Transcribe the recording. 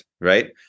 right